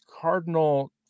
Cardinal